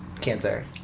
cancer